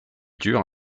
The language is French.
dure